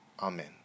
Amen